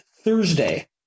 Thursday